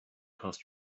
costs